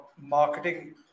marketing